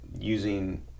using